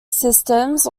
systems